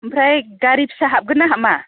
ओमफ्राय गारि फिसा हाबगोन ना हाबा